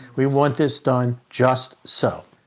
we want this done just so.